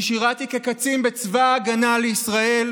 אני שירתי כקצין בצבא ההגנה לישראל,